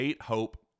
Hope